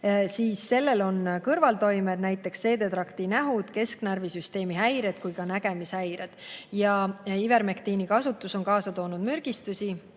siis sellel on kõrvaltoimed, näiteks seedetraktis mingid nähud, kesknärvisüsteemi häired ja ka nägemishäired. Ivermektiini kasutus on kaasa toonud mürgistusi.